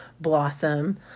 blossom